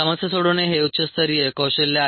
समस्या सोडवणे हे उच्च स्तरीय कौशल्य आहे